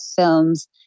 films